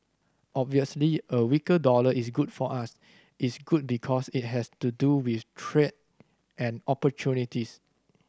obviously a weaker dollar is good for us it's good because it has to do with trade and opportunities